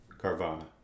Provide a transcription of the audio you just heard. carvana